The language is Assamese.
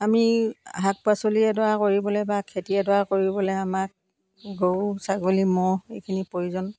আমি শাক পাচলি এডৰা কৰিবলৈ বা খেতি এডৰা কৰিবলৈ আমাক গৰু ছাগলী ম'হ এইখিনি প্ৰয়োজন